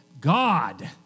God